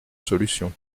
solution